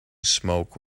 smoke